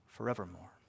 Forevermore